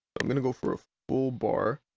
um gonna go for a full bar.